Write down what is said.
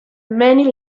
many